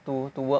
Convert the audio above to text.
to to work